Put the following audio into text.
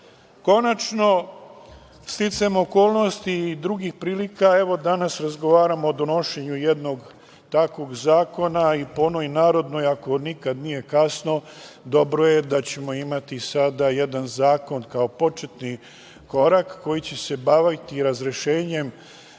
pitanjem. Konačno, sticanjem okolnosti i drugih prilika evo danas razgovaramo o donošenju jednog takvog zakona i po onoj narodnoj ako nikada nije kasno, dobro je da ćemo imati sada jedan zakon kao početni korak koji će se baviti razrešenjem